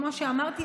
כמו שאמרתי,